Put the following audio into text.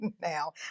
now